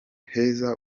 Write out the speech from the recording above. heza